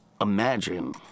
imagine